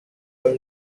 were